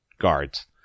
guards